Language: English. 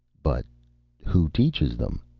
but who teaches them?